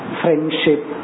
friendship